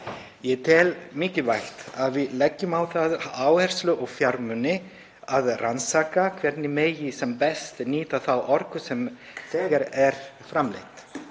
Ég tel mikilvægt að við leggjum á það áherslu og setjum í það fjármuni að rannsaka hvernig megi sem best nýta þá orku sem þegar er framleidd.